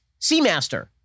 Seamaster